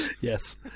Yes